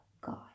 god